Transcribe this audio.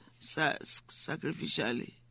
sacrificially